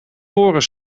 voren